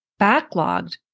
backlogged